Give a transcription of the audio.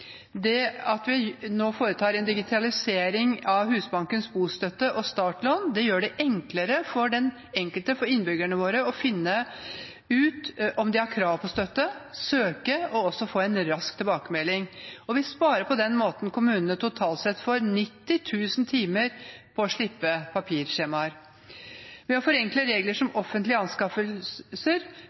Det at vi nå foretar en digitalisering av Husbankens bostøtte og startlån, gjør det enklere for den enkelte, for innbyggerne, å finne ut om de har krav på støtte, søke og få en rask tilbakemelding. Vi sparer kommunene totalt sett for 90 000 timer på å slippe papirskjemaer. Vi forenkler reglene om offentlige anskaffelser,